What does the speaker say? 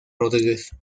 rodríguez